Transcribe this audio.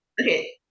okay